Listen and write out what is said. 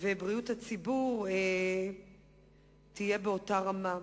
ובריאות הציבור תהיה באותה רמה.